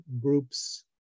group's